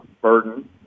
burden